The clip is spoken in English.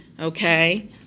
Okay